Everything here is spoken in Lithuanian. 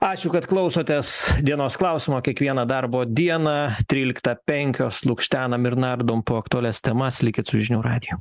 ačiū kad klausotės dienos klausimo kiekvieną darbo dieną tryliktą penkios lukštenam ir nardom po aktualias temas likit su žinių radiju